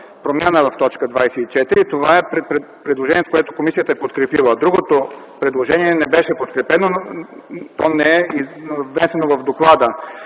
промяна в т. 24 – предложение, което комисията е подкрепила. Другото предложение не беше подкрепено, но то не е внесено в доклада.